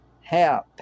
help